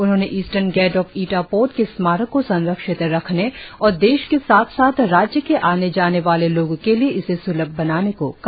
उन्होंने eastern gate of Ita fort के स्मारक को संरक्षित रखने और देश के साथ साथ राज्य के आने जाने वाले लोगों के लिए इसे स्लभ बनाने को कहा